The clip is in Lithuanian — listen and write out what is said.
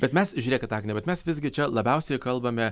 bet mes žiūrėkit agnė bet mes visgi čia labiausiai kalbame